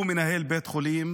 הוא מנהל בית חולים